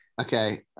Okay